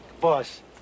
Boss